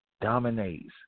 dominates